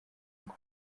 ngo